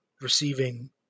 receiving